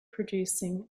producing